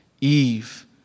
Eve